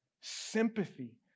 sympathy